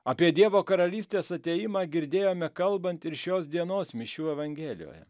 apie dievo karalystės atėjimą girdėjome kalbant ir šios dienos mišių evangelijoje